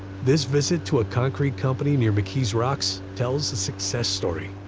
this visit to a concrete company near mckees rocks tells a success story.